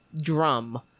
drum